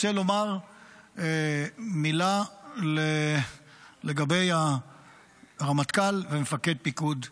אני רוצה לומר מילה לגבי הרמטכ"ל ומפקד פיקוד הדרום.